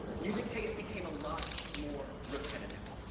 music taste became a lot more repetitive.